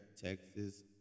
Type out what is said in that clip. Texas